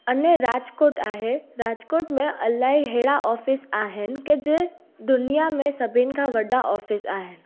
अने राजकोट आहे राजकोट में इलाही अहिड़ा ऑफ़िस आहिनि की जे दुनिया में सभिनि खां वॾा ऑफ़िस आहिनि